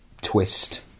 twist